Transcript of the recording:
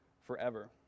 forever